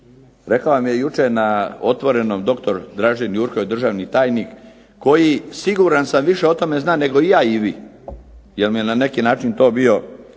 Rekao vam je jučer na "Otvorenom" doktor Dražen Jurković, državni tajnik koji siguran sam više o tome zna nego i ja i vi jer mu je na neki način to bio